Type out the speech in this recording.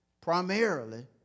primarily